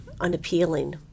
unappealing